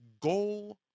goal